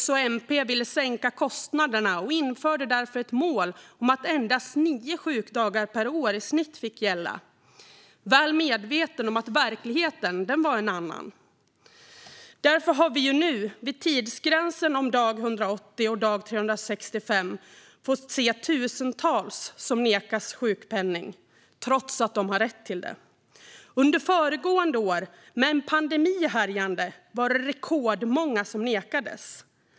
S och MP ville sänka kostnaderna och införde därför ett mål om endast nio sjukdagar per år i snitt - väl medvetna om att verkligheten var en annan. Därför har vi nu vid tidsgränserna dag 180 och dag 365 fått se tusentals som nekas sjukpenning trots att de har rätt till den. Under föregående år, med en pandemi härjande, var det rekordmånga som nekades.